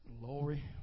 Glory